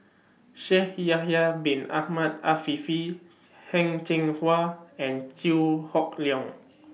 Shaikh Yahya Bin Ahmed Afifi Heng Cheng Hwa and Chew Hock Leong